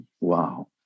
Wow